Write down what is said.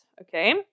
Okay